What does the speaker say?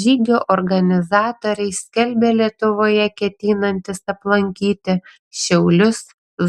žygio organizatoriai skelbia lietuvoje ketinantys aplankyti šiaulius